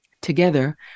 Together